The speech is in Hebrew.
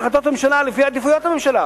להחלטות הממשלה לפי עדיפויות הממשלה.